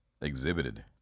exhibited